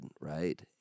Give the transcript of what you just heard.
Right